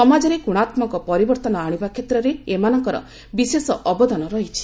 ସମାଜରେ ଗୁଶାତ୍ମକ ପରିବର୍ତ୍ତନ ଆଣିବା କ୍ଷେତ୍ରରେ ଏମାନଙ୍କର ବିଶେଷ ଅବଦାନ ରହିଛି